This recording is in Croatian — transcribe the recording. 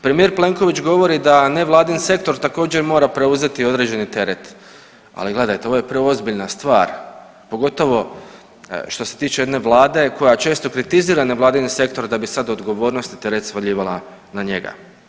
Premijer Plenković govori da nevladin sektor također mora preuzeti određeni teret, ali gledajte ovo je preozbiljna stvar, pogotovo što se tiče jedne vlade koja često kritizira nevladin sektor da bi sad odgovornost i teret svaljivala na njega.